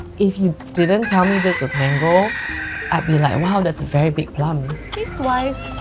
if you didn't tell me this was mango i'd be like wow that's a very big plum. taste-wise,